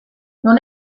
non